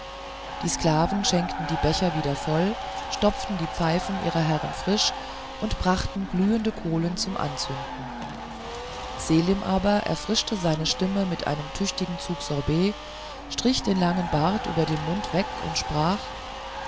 die sklaven schenkten die becher wieder voll stopften die pfeifen ihrer herren frisch und brachten glühende kohlen zum anzünden selim aber erfrischte seine stimme mit einem tüchtigen zuge sorbet strich den langen bart über dem mund weg und sprach